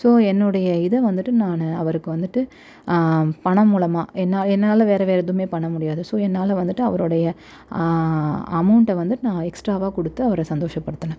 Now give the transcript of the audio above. so என்னுடைய இதை வந்துட்டு நான் அவருக்கு வந்துட்டு பணம் மூலமாக என்னா என்னால் வேறு வேறு எதுவுமே பண்ண முடியாது ஸோ என்னால் வந்துட்டு அவரோடைய அமௌண்டை வந்துட்டு நான் எக்ஸ்ட்ராவாக கொடுத்து அவரை சந்தோஷப்படுத்தினேன்